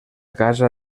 casa